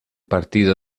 partido